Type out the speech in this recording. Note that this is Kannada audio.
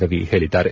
ರವಿ ಹೇಳಿದ್ದಾರೆ